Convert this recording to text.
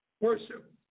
worship